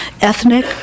ethnic